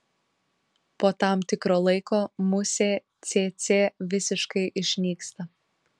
po tam tikro laiko musė cėcė visiškai išnyksta